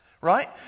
Right